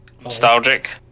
nostalgic